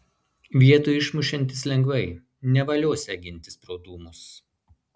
vietoj išmušiantis lengvai nevaliosią gintis pro dūmus